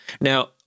Now